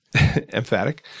emphatic